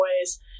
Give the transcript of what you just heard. ways